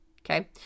okay